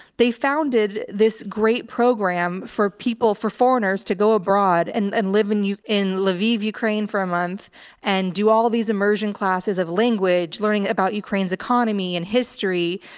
they founded this great program for people, for foreigners to go abroad and and live in u in leviev ukraine for a month and do all of these immersion classes of language, learning about ukraine's economy and history.